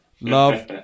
love